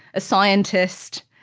a scientist,